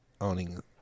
owning